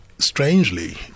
Strangely